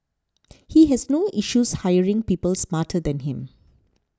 he has no issues hiring people smarter than him